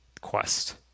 quest